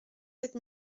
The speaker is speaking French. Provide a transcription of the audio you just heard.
sept